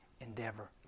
endeavor